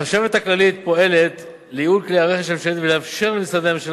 החשבת הכללית פועלת לייעול כלי הרכש הממשלתי ולאפשר למשרדי הממשלה